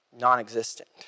Non-existent